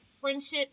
friendship